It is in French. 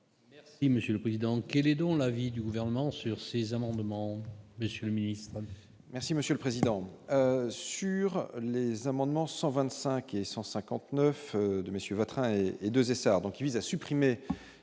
Et monsieur le président, lequel et dont l'avis du gouvernement sur ces amendements, monsieur le ministre.